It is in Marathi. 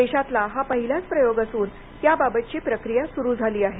देशातला हा पहिलाच प्रयोग असून याबाबतची प्रक्रिया सुरू झाली आहे